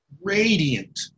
radiant